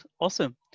Awesome